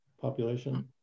population